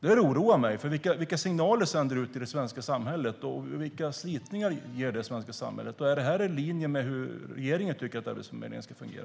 Detta oroar mig. Vilka signaler sänder det ut i det svenska samhället, och vilka slitningar ger det i det svenska samhället? Är detta i linje med hur regeringen tycker att Arbetsförmedlingen ska fungera?